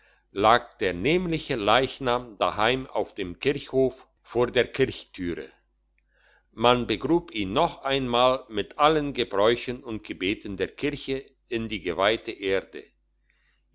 lag der nämliche leichnam daheim auf dem kirchhof vor der kirchtüre man begrub ihn noch einmal mit allen gebräuchen und gebeten der kirche in die geweihte erde